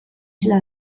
isla